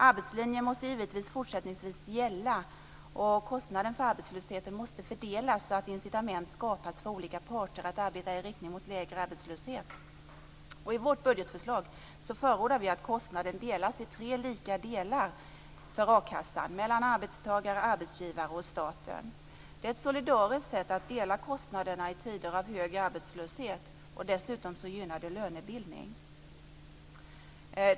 Arbetslinjen måste även fortsättningsvis gälla, och kostnaden för arbetslösheten måste fördelas så att incitament skapas för olika parter att arbeta i riktning mot lägre arbetslöshet. I vårt budgetförslag förordar vi att kostnaden delas i tre lika delar mellan arbetstagare, arbetsgivare och staten. Det är ett solidariskt sätt att dela kostnaderna i tider av hög arbetslöshet. Dessutom gynnar det lönebildning.